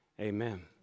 Amen